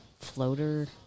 floater